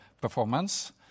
performance